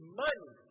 money